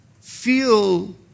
feel